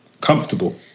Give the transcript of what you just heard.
comfortable